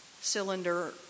cylinder